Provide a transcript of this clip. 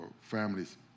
families